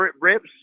Ribs